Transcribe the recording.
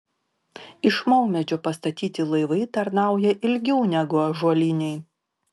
iš maumedžio pastatyti laivai tarnauja ilgiau negu ąžuoliniai